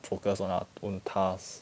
focus on our own task